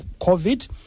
COVID